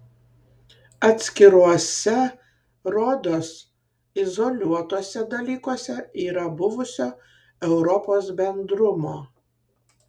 atskiruose rodos izoliuotuose dalykuose yra buvusio europos bendrumo